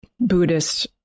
Buddhist